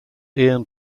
ian